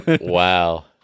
Wow